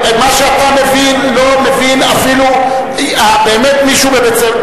מה שאתה מבין לא מבין אפילו באמת מישהו בבית-הספר,